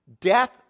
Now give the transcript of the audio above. death